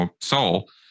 soul